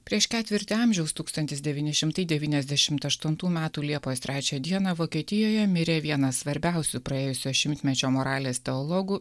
prieš ketvirtį amžiaus tūkstantis devyni šimtai devyniasdešimt aštuntų metų liepos trečią dieną vokietijoje mirė vienas svarbiausių praėjusio šimtmečio moralės teologų